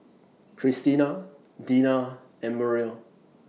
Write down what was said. Cristina Deena and Muriel